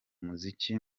muziki